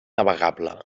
navegable